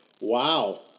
Wow